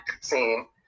scene